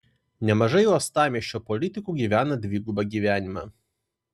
nemažai uostamiesčio politikų gyvena dvigubą gyvenimą